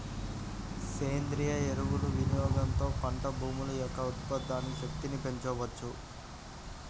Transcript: సేంద్రీయ ఎరువుల వినియోగంతో పంట భూముల యొక్క ఉత్పాదక శక్తిని పెంచవచ్చు